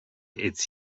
its